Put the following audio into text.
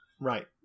Right